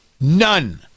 None